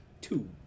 two